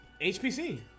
HPC